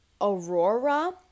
Aurora